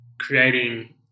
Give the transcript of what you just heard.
creating